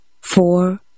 four